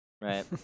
right